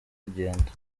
kugenda